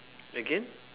again